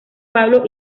pablo